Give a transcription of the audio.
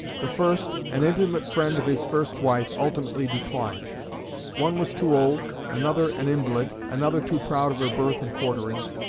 the first, an intimate friend of his first wife, ultimately declined one was too old, another an invalid, another too proud of her birth and quarterings,